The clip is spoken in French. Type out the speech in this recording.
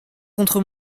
contre